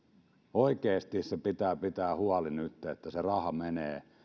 oikeasti pitää pitää huoli nyt että se raha menee